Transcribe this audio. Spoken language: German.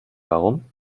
warum